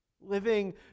Living